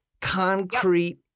concrete